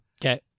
Okay